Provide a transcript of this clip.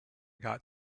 got